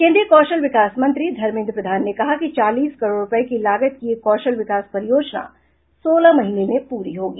केन्द्रीय कौशल विकास मंत्री धर्मेन्द्र प्रधान ने कहा कि चालीस करोड़ रूपए लागत की यह कौशल विकास परियोजना सोलह महीने में पूरी होगी